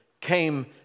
came